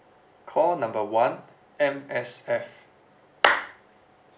call number one M_S_F